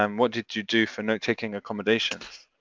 um what did you do for notetaking accommodations?